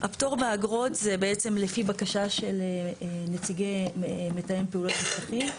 הפטור מאגרות זה בעצם לפי בקשה של נציגי מתאם פעולות בשטחים.